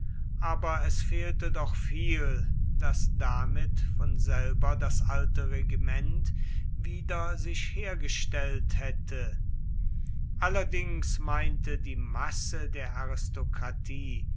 aber es fehlte doch viel daß damit von selber das alte regiment wieder sich hergestellt hätte allerdings meinte die masse der